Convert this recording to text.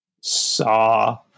Saw